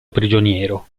prigioniero